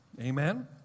Amen